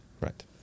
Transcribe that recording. Right